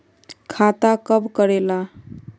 खाता कब करेला?